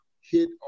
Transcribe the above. hit